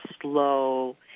slow